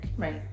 Right